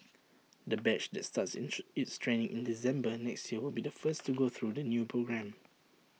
the batch that starts its training in December next year will be the first to go through the new programme